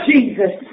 Jesus